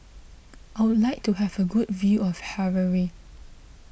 I would like to have a good view of Harare